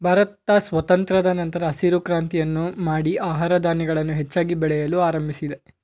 ಭಾರತ ಸ್ವಾತಂತ್ರದ ನಂತರ ಹಸಿರು ಕ್ರಾಂತಿಯನ್ನು ಮಾಡಿ ಆಹಾರ ಧಾನ್ಯಗಳನ್ನು ಹೆಚ್ಚಾಗಿ ಬೆಳೆಯಲು ಆರಂಭಿಸಿದೆ